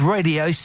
Radio